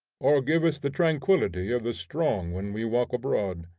or give us the tranquillity of the strong when we walk abroad.